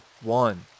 one